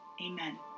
Amen